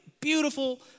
beautiful